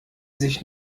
sich